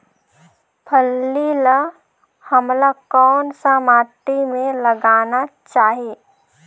फल्ली ल हमला कौन सा माटी मे लगाना चाही?